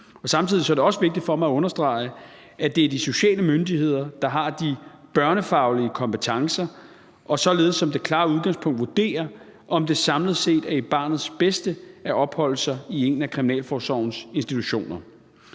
Samtidig er det også vigtigt for mig at understrege, at det er de sociale myndigheder, der har de børnefaglige kompetencer og således som det klare udgangspunkt vurderer, om det samlet set er til barnets bedste at opholde sig i en af kriminalforsorgens institutioner.